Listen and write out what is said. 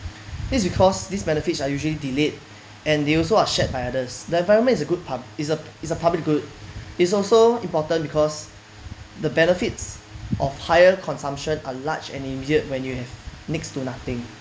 this is because these benefits are usually delayed and they also are shared by others the environment is a good part is a is a public good is also important because the benefits of higher consumption are large and immediate when you have next to nothing